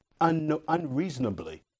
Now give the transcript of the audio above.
unreasonably